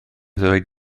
ddweud